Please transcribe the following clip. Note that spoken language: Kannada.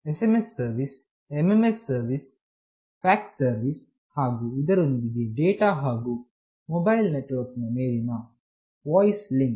SMS service MMS service fax service ಹಾಗು ಇದರೊಂದಿಗೆ ಡೇಟಾ ಹಾಗು ಮೊಬೈಲ್ ನೆಟ್ವರ್ಕ್ ನ ಮೇಲಿನ ವೋಯ್ಸ್ ಲಿಂಕ್